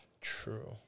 True